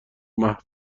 محو